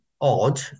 odd